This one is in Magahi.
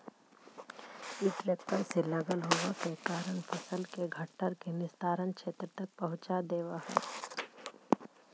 इ ट्रेक्टर से लगल होव के कारण फसल के घट्ठर के निस्तारण क्षेत्र तक पहुँचा देवऽ हई